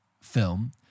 film